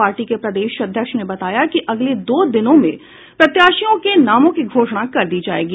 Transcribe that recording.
party के प्रदेश अध्यक्ष ने बताया है कि अगले दो दिनों में प्रत्याशियों के नामों की घोषणा कर दी जायेगी